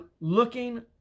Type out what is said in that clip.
looking